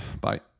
bye